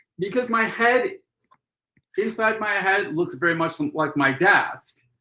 because my head inside my head looks very much like my desk,